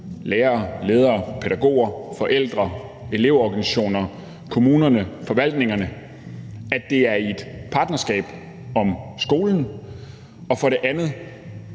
lærere, ledere, pædagoger, forældre, elevorganisationer, kommuner og forvaltninger – altså i et partnerskab om skolen. For det andet